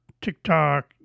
TikTok